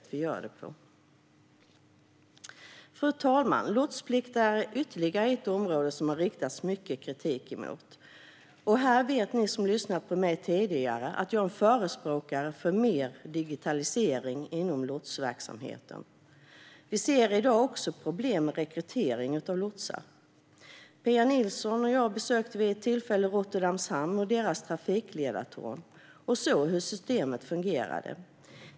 Fru talman! Lotsplikt är ytterligare ett område som det har riktats mycket kritik mot. Här vet ni som lyssnat på mig tidigare att jag är en förespråkare för mer digitalisering inom lotsverksamheten. Vi ser i dag också problem med rekrytering av lotsar. Pia Nilsson och jag besökte vid ett tillfälle Rotterdams hamn och deras trafikledartorn och såg hur systemet fungerade.